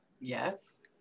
Yes